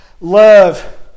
love